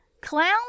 clown